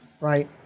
right